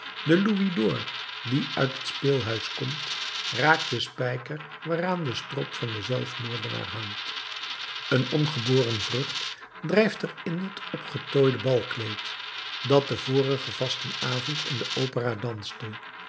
de louisd'or die uit het speelhuis komt raakt den spijker waaraan de strop van den zelfmoordenaar hangt een ongeboren vrucht drijft er in het opgetooide balkleed dat den vorigen vastenavond in de opera danste